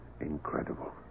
Incredible